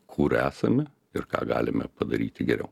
kur esame ir ką galime padaryti geriau